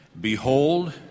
Behold